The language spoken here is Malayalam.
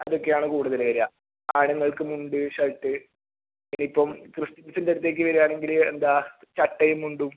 അതൊക്കെയാണ് കൂടുതൽ വരുക ആണുങ്ങൾക്ക് മുണ്ട് ഷർട്ട് പിന്നെയിപ്പം ക്രിസ്ത്യൻസിൻ്റെ അടുത്തേക്ക് വരുകയാണെങ്കിൽ എന്താണ് ചട്ടയും മുണ്ടും